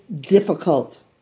difficult